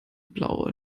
blaue